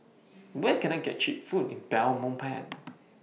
Where Can I get Cheap Food in Belmopan